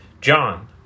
John